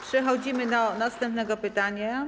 Przechodzimy do następnego pytania.